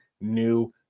new